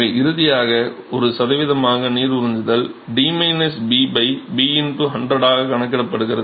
எனவே இறுதியாக ஒரு சதவீதமாக நீர் உறிஞ்சுதல் D B B 100 ஆக கணக்கிடப்படுகிறது